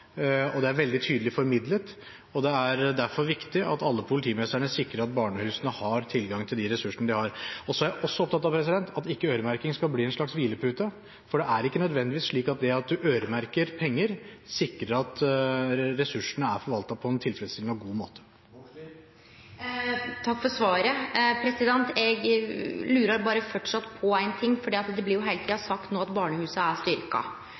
og det er veldig tydelig formidlet. Det er derfor viktig at alle politimestrene sikrer at barnehusene har tilgang til de ressursene de har. Så er jeg også opptatt av at øremerking ikke skal bli en slags hvilepute. Det er ikke nødvendigvis slik at det at man øremerker penger, sikrer at ressursene er forvaltet på en tilfredsstillende og god måte. Takk for svaret. Eg lurer framleis på ein ting. Det blir heile tida sagt at barnehusa er styrkte, og eg registrerte at det